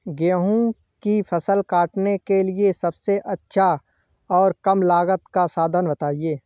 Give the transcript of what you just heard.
गेहूँ की फसल काटने के लिए सबसे अच्छा और कम लागत का साधन बताएं?